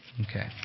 Okay